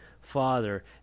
father